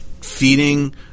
feeding